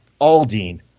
Aldine